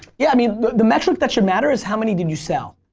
yeah i mean the metric that should matter is how many did you sell?